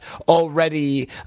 already